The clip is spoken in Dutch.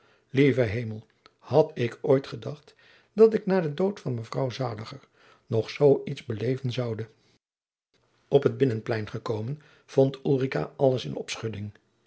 lieve hemel had ik ooit gedacht dat ik na den dood van mevrouw zaliger nog zoo iets beleven zoude op het binnenplein gekomen vond ulrica alles in